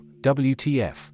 wtf